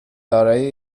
دارای